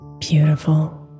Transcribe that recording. Beautiful